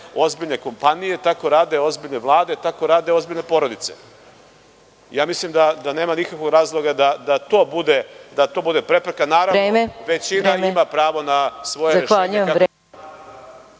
ozbiljne kompanije, tako rade ozbiljne vlade, tako rade ozbiljne porodice. Mislim da nema nikakvog razloga da to bude prepreka. Naravno, većina ima pravo na svoje …